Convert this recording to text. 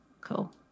Cool